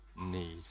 need